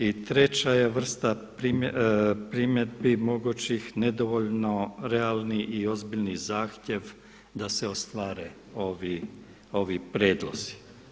I treća je vrsta primjedbi mogućih nedovoljno realni i ozbiljni zahtjev da se ostvare ovi prijedlozi.